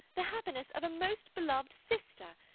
the happiness of a most beloved sister,